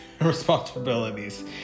responsibilities